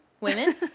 Women